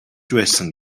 байсан